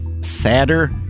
sadder